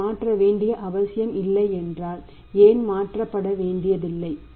அதை மாற்ற வேண்டிய அவசியம் இல்லை என்றால் ஏன் மாற்றப்பட வேண்டியதில்லை